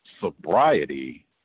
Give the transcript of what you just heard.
sobriety